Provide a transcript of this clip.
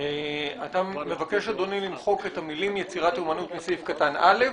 אתה מבקש למחוק את המילים "יצירת אומנות" מסעיף קטן (א),